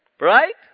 Right